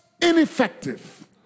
ineffective